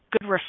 good